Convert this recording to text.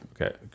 Okay